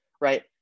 Right